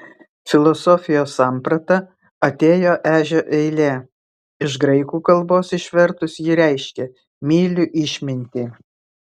filosofijos samprata atėjo ežio eilė iš graikų kalbos išvertus ji reiškia myliu išmintį